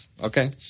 Okay